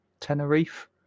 Tenerife